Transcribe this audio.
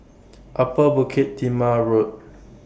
Upper Bukit Timah Road